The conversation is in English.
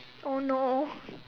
oh no